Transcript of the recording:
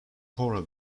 coral